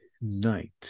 night